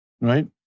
Right